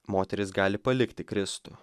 moterys gali palikti kristų